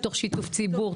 תוך שיתוף ציבור,